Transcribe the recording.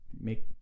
make